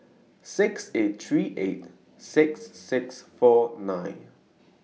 six eight three eight six six four nine